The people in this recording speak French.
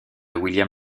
william